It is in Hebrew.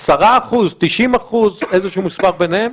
10%, 90%, איזשהו מס' ביניהם?